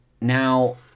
Now